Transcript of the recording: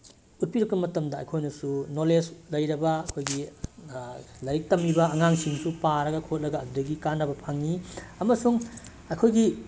ꯎꯠꯄꯤꯔꯛꯄ ꯃꯇꯝꯗ ꯑꯩꯈꯣꯏꯅꯁꯨ ꯅꯣꯂꯦꯖ ꯂꯩꯔꯕ ꯑꯩꯈꯣꯏꯒꯤ ꯂꯥꯏꯔꯤꯛ ꯇꯝꯃꯤꯕ ꯑꯉꯥꯡꯁꯤꯡꯁꯨ ꯄꯥꯔꯒ ꯈꯣꯠꯂꯒ ꯑꯗꯨꯗꯒꯤ ꯀꯥꯟꯅꯕ ꯐꯪꯉꯤ ꯑꯃꯁꯨꯡ ꯑꯩꯈꯣꯏꯒꯤ